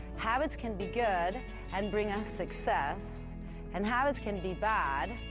habits can be good and bring us success and habits can be bad,